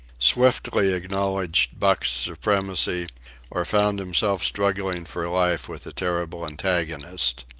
swiftly acknowledged buck's supremacy or found himself struggling for life with a terrible antagonist.